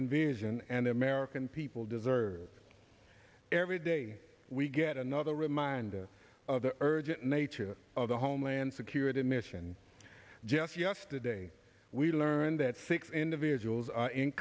invision and the american people deserve every day we get another reminder of the urgent nature of the homeland security mission just yesterday we learned that six individuals are in